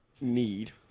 Need